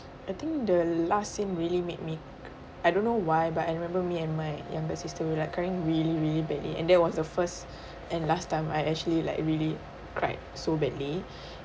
I think the last scene really made me I don't know why but I remember me and my younger sister were like crying really really badly and that was the first and last time I actually like really cried so badly